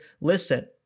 listen